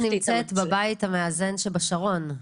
את נמצאת בבית המאזן שבשרון?